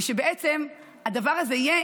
ושבעצם הדבר הזה יהיה